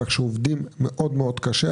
כך שעובדים על כך מאוד מאוד קשה.